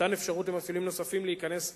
מתן אפשרות למפעילים נוספים להיכנס לתחום,